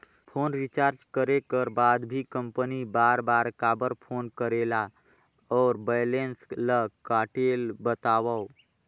Phone recharge करे कर बाद भी कंपनी बार बार काबर फोन करेला और बैलेंस ल काटेल बतावव?